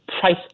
price